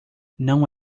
não